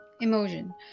Emotion